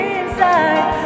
inside